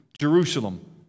Jerusalem